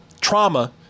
trauma